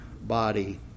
body